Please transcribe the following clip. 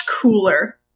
cooler